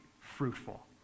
fruitful